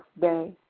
day